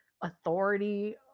authority